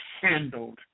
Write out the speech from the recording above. handled